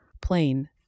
plain